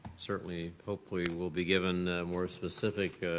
certainly hopefully will be given more specific